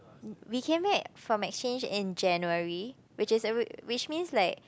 we came back from exchange in January which is alre~ which means like